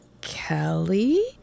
Kelly